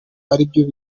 aribyo